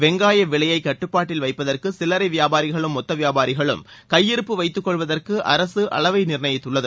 வெங்காயவிலையைக் கட்டுப்பாட்டில் வைப்பதற்குசில்லரைவியாபாரிகளும் மொத்தவியாபாரிகளும் கையிருப்பு வைத்துக்கொள்வதற்கு அரக அளவை நிர்ணயித்துள்ளது